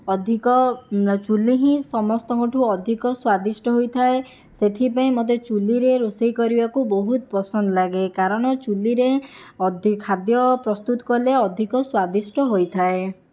ଅଧିକ ଚୁଲି ହିଁ ସମସ୍ତଙ୍କଠୁ ଅଧିକ ସ୍ୱାଦିଷ୍ଟ ହୋଇଥାଏ ସେଥିପାଇଁ ମୋତେ ଚୁଲିରେ ରୋଷେଇ କରିବାକୁ ବହୁତ ପସନ୍ଦ ଲାଗେ କାରଣ ଚୁଲିରେ ଖାଦ୍ୟ ପ୍ରସ୍ତୁତ କଲେ ଅଧିକ ସ୍ୱାଦିଷ୍ଟ ହୋଇଥାଏ